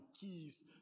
keys